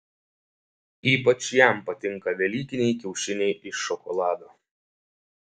ypač jam patinka velykiniai kiaušiniai iš šokolado